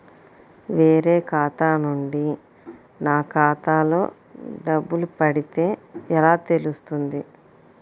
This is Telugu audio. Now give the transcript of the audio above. వేరే ఖాతా నుండి నా ఖాతాలో డబ్బులు పడితే ఎలా తెలుస్తుంది?